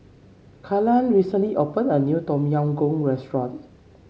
Kaylan recently opened a new Tom Yam Goong restaurant